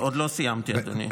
עוד לא סיימתי, אדוני.